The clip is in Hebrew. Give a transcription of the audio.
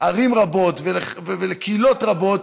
לערים רבות ולקהילות רבות,